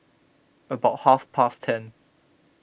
about half past ten